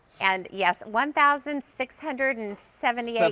and, yes, one thousand six hundred and seventy ah